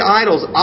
idols